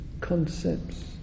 concepts